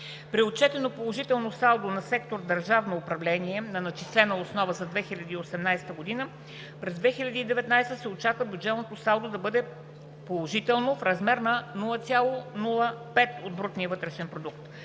При отчетено положително салдо на сектор „Държавно управление“ на начислена основа за 2018 г. през 2019 г. се очаква бюджетното салдо да бъде положително в размер на 0,05% от брутния вътрешен продукт.